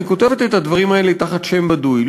אני כותבת את הדברים האלה תחת שם בדוי,